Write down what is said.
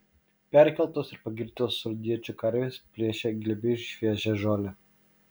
perkeltos ir pagirdytos sodiečių karvės plėšė glėbiais šviežią žolę